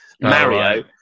Mario